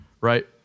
right